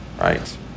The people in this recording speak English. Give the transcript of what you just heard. right